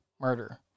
murder